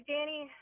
Danny